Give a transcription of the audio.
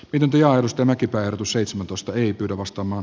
pidempi aidosti mäkipää seitsemäntoista ei pyri vastaamaan